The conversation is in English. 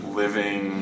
living